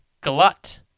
glut